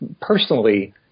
personally